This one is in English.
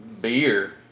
Beer